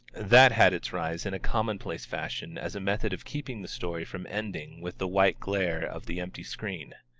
that had its rise in a commonplace fashion as a method of keeping the story from ending with the white glare of the empty screen.